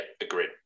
agreed